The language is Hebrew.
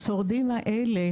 השורדים האלה,